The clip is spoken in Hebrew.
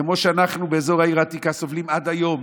כמו שאנחנו בעיר העתיקה סובלים עד היום,